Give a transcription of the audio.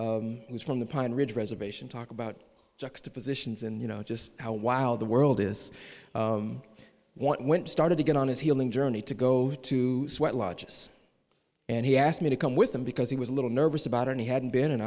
was from the pine ridge reservation talk about juxtapositions and you know just how wild the world is want went started to get on his healing journey to go to sweat lodges and he asked me to come with him because he was a little nervous about and he hadn't been